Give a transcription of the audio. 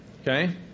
Okay